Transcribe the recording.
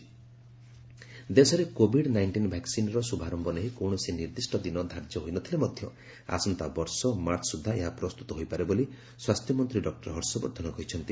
HM vaccine ଦେଶରେ Covid nineteen ଭାକ୍ସିନ୍ର ଶୁଭାରମ୍ଭ ନେଇ କୌଣସି ନିର୍ଦ୍ଦିଷ୍ଟ ଦିନ ଧାର୍ଯ୍ୟ ହୋଇ ନ ଥିଲେ ମଧ୍ୟ ଆସନ୍ତା ବର୍ଷ ମାର୍ଚ୍ଚ ସୁଦ୍ଧା ଏହା ପ୍ରସ୍ତୁତ ହୋଇପାରେ ବୋଲି ସ୍ୱାସ୍ଥ୍ୟମନ୍ତ୍ରୀ ଡକ୍ଟର ହର୍ଷବର୍ଦ୍ଧନ କହିଛନ୍ତି